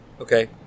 Okay